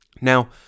Now